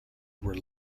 were